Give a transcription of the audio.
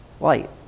light